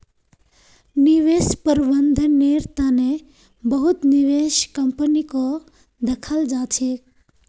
निवेश प्रबन्धनेर तने बहुत निवेश कम्पनीको दखाल जा छेक